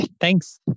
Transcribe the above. Thanks